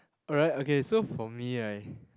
alright okay so for me right